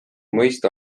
mõista